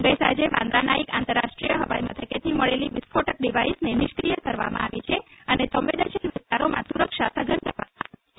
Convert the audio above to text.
ગઈ સાંજે બાંદરાનાઈક આંતર રાષ્ટ્રીય હવાઈ મથકેથી મળેલી વિસ્ફોટક ડિવાઈસને નિષ્કીય કરવામાં આવી છે અને સંવેદનશીલ વિસ્તારોમાં સુરક્ષા સઘન કરવામાં આવી છે